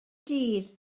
dydd